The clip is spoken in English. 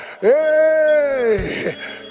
hey